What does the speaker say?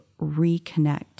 reconnect